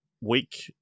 week